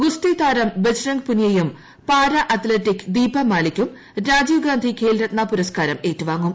ഗുസ്തി താരം ബജ്റംഗ് പുനിയയും പാരാ അത്ലറ്റിക് ദീപ മാലിക്കും രാജീവ്ഗാന്ധി ഖേൽ രത്ന പുരസ്ക്കാരം ഏറ്റുവാങ്ങും